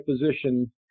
position